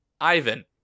Ivan